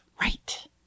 right